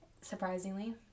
Surprisingly